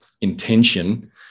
intention